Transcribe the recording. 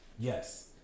Yes